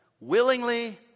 willingly